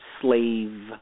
slave